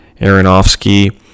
Aronofsky